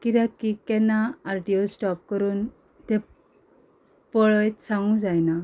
किद्याक की केन्ना आर टी ओ स्टॉप करून ते पळयत सांगूंक जायना